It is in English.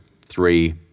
three